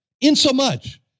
insomuch